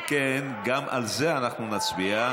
על כן גם על זה אנחנו נצביע.